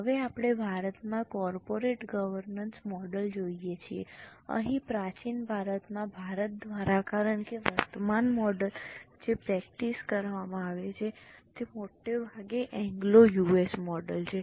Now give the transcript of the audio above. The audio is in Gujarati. હવે આપણે ભારતમાં કોર્પોરેટ ગવર્નન્સ મોડલ જોઈએ છીએ અહીં પ્રાચીન ભારતમાં ભારત દ્વારા કારણ કે વર્તમાન મોડલ જે પ્રેક્ટિસ કરવામાં આવે છે તે મોટે ભાગે એંગ્લો યુએસ મોડલ છે